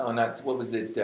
um that, what was it.